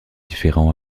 différents